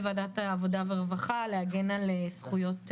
ועדת העבודה והרווחה להגן על זכויות עובדים.